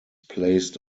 placed